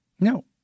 No